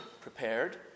prepared